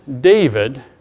David